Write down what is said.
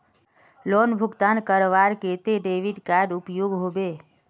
Loan भुगतान करवार केते डेबिट कार्ड उपयोग होबे?